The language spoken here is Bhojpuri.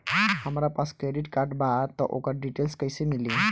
हमरा पास क्रेडिट कार्ड बा त ओकर डिटेल्स कइसे मिली?